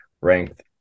ranked